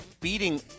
beating